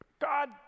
God